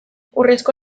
urrezko